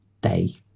day